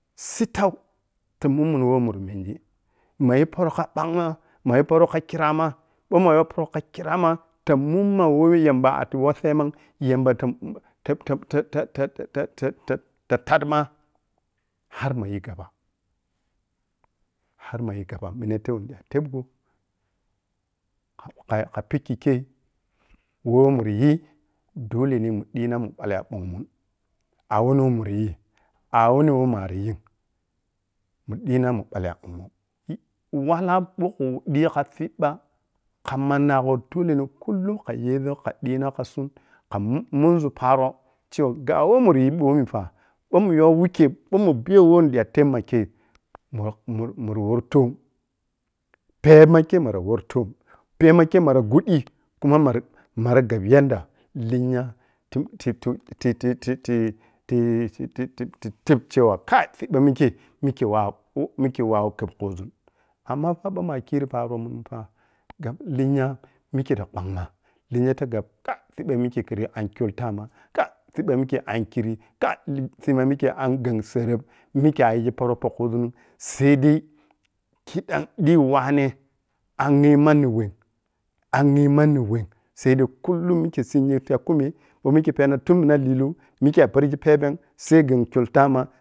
Sittau ti mummun woh mur mengi magi paro kha ɓangma-mayi poro kha chirama ɓou mah yow poro kha khirama tamumma weh yamba a’tah wossema’n-yamba tah-tah-tah-tah-tah tah-tah-taddma har mayi gaba har maji gaba menatei nidita teb gho kha taha pikki kei woh murri yii dole neh mun di na mun ɓalli ya ɓong mun wala ɓou khu diina kha siɓɓa u mannagho dole nah kulum kha yehzun dina khakun kha mu-munzun paro la ga weh murri yi bomi ga ɓou mun you mikkei-ɓou mun biyo weh nigi tah teb kei mur-muri-muni wori toom pɛɛp ma kei mara gbuddi kuma mara-mara gabi yadda leng titi-tu-ti-ti-ti i-ti-ti i-ti tebcewa kai kai siɓɓa mikkei-mikkei wago-mikkei wami khbab khuzun amman pa ɓou mah khiri paro’mu fa-gab lenya fa mikke ta banghma lenya tah gab kai siɓɓa mikkei kedeng a’nkye ta-ma, kai siɓɓa mikke an gheng tsereb mikkei ayigi poro poh khuzun’m sai dai kidam dii wa-ane angyem manni wem angyem manni wem sai dai kullum mikke tsinye zun tiya kumeh ɓou mikke penna tun mina liliu mikke a'pergi phebe’m sai gheng kyol ta-ma